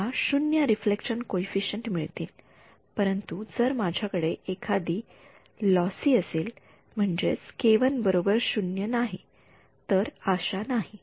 मला 0 reflection coefficient मिळतील परंतु जर माझ्याकडे एखादी लॉसी असेल म्हणजेच K1 बरोबर 0 नाही तर आशा नाही